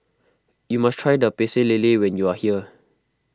you must try the Pecel Lele when you are here